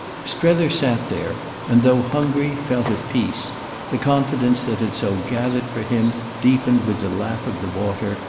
strether sat there and, though hungry, felt at peace the confidence that had so gathered for him deepened with the lap of the water,